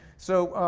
so,